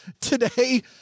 today